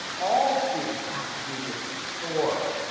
all students have to do this soar